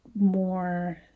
more